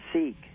seek